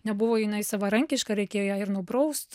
nebuvo jinai savarankiška reikėjo ją ir nupraust